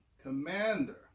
Commander